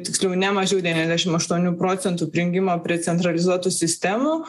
tiksliau ne mažiau devyniasdešim aštuonių procentų prijungimo prie centralizuotų sistemų